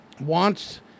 wants